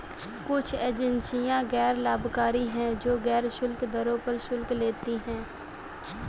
कुछ एजेंसियां गैर लाभकारी हैं, जो गैर शुल्क दरों पर शुल्क लेती हैं